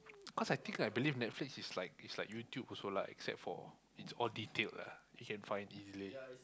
cause I think I believe Netflix is like is like YouTube also lah except for it's all detailed lah you can find easily